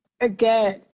Again